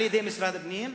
על-ידי משרד הפנים,